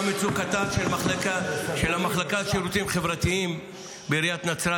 גם מצוקתה של המחלקה לשירותים חברתיים בעיריית נצרת